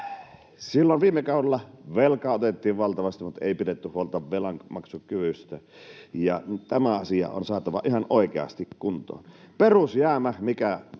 Silloin viime kaudella velkaa otettiin valtavasti mutta ei pidetty huolta velanmaksukyvystä, ja tämä asia on saatava ihan oikeasti kuntoon. Perusjäämä on